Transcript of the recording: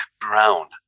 Brown